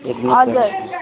हजुर